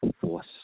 force